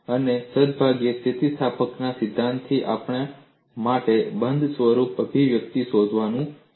અને સદભાગ્યે સ્થિતિસ્થાપકતાના સિદ્ધાંતથી આપણા માટે બંધ સ્વરૂપ અભિવ્યક્તિ શોધવાનું શક્ય છે